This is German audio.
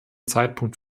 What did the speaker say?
zeitpunkt